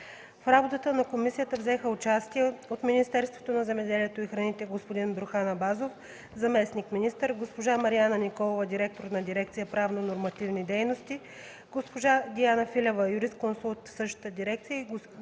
В работата на комисията взеха участие: от Министерството на земеделието и храните – господин Бюрхан Абазов, заместник-министър, госпожа Марияна Николова – директор на дирекция „Правно-нормативни дейности”, госпожа Диана Филева – юрисконсулт в същата дирекция, и господин